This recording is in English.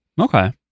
Okay